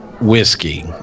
whiskey